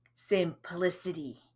simplicity